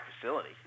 facility